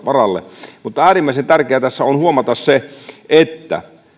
varalle mutta äärimmäisen tärkeää tässä on huomata se että